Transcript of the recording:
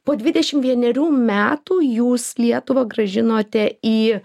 po dvidešim vienerių metų jūs lietuvą grąžinote į